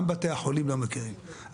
גם בתי החולים לא מכירים,